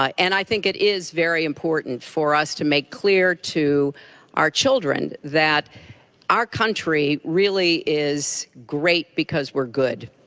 and i think it is very important for us to make clear to our children that our country really is great because we are good.